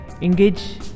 Engage